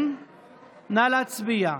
נא להצביע.